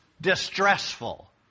distressful